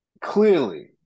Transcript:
clearly